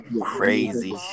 crazy